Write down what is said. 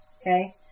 Okay